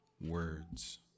words